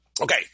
Okay